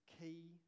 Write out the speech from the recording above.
key